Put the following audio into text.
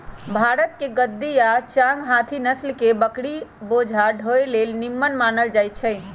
भारतके गद्दी आ चांगथागी नसल के बकरि बोझा ढोय लेल निम्मन मानल जाईछइ